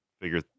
figure